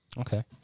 Okay